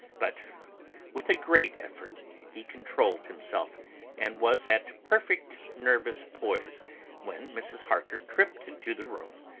but with a great effort he controlled himself and was at perfect nervous poise when mrs. harker tripped into the room,